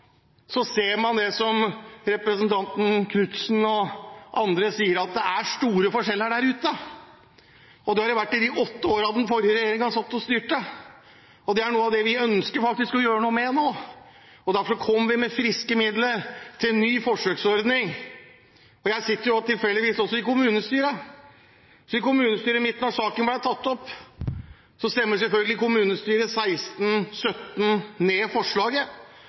andre sier, at det er store forskjeller der ute. Det har det vært i de åtte årene som den forrige regjeringen satt og styrte. Det er noe av det vi faktisk ønsker å gjøre noe med nå, og derfor kommer vi med friske midler til en ny forsøksordning. Jeg sitter tilfeldigvis også i kommunestyret, og da saken ble tatt opp i kommunestyret mitt, stemte selvfølgelig kommunestyret forslaget ned, med 17